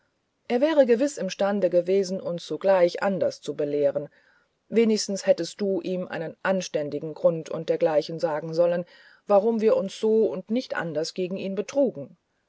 er wäre gewiß imstande gewesen uns sogleich anders zu belehren wenigstens hättest du ihm einen anständigen grund und dergleichen sagen sollen warum wir uns so und nicht anders gegen ihn betrugen